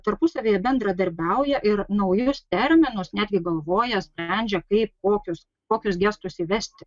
tarpusavyje bendradarbiauja ir naujus terminus netgi galvoja sprendžia kaip kokius kokius gestus įvesti